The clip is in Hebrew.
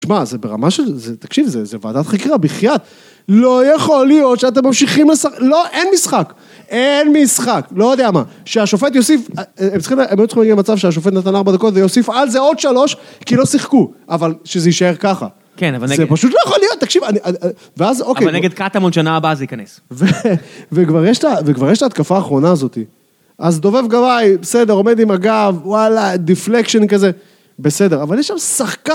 תשמע, זה ברמה של תקשיב זה ועדת חקירה, בחייאת. לא יכול להיות שאתם ממשיכים לשחק. לא, אין משחק. אין משחק, לא יודע מה. שהשופט יוסיף... הם צריכים הם היו צריכים להגיע למצב שהשופט נתן ארבע דקות ויוסיף על זה עוד שלוש, כי לא שיחקו. אבל שזה יישאר ככה. כן, אבל נגד... זה פשוט לא יכול להיות, תקשיב. ואז, אוקיי. אבל נגד קטמון שנה הבאה זה ייכנס. וכבר יש את ההתקפה האחרונה הזאתי. אז דובב גבאי, בסדר. עומד עם הגב, וואלה, דפלקשן כזה. בסדר, אבל יש שם שחקן...